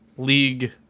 League